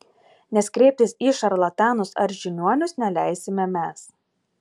nes kreiptis į šarlatanus ar žiniuonius neleisime mes